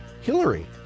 Hillary